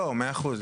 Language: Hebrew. מאה אחוז.